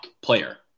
player